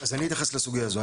אז אני אתייחס לסוגייה הזו.